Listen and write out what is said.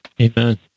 Amen